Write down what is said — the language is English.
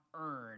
earn